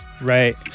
Right